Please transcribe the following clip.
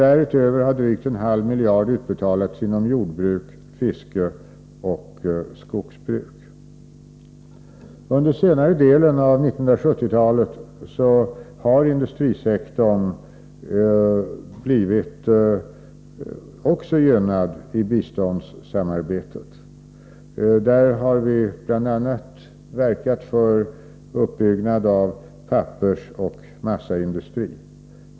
Därutöver har drygt en halv miljard utbetalats inom jordbruk, fiske och skogsbruk. Under senare delen av 1970-talet har industrisektorn också blivit gynnad i biståndssamarbetet. Där har vi bl.a. verkat för uppbyggnad av pappersoch massaindustrin.